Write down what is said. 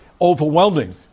overwhelming